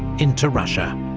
into russia.